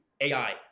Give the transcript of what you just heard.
AI